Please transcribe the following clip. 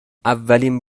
اولین